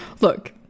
look